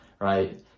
right